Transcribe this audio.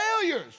failures